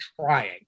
trying